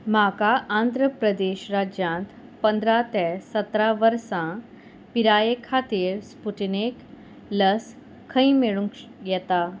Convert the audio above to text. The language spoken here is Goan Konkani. म्हाका आंध्र प्रदेश राज्यांत पंदरा ते सतरा वर्सां पिराये खातीर स्पुटनीक लस खंय मेळूंक येता